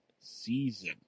season